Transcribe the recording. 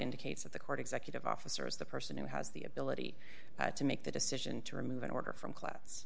indicates that the court executive officer is the person who has the ability to make the decision to remove an order from class